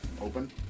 open